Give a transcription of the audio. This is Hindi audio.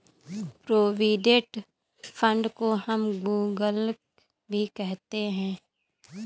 प्रोविडेंट फंड को हम गुल्लक भी कह सकते हैं